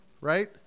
right